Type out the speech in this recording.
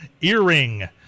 Earring